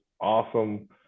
awesome